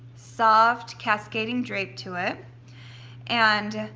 soft, cascading drape to it and